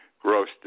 gross